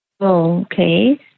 Okay